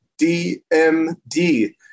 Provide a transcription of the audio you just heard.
DMD